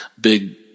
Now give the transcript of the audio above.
big